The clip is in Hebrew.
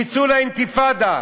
תצאו לאינתיפאדה.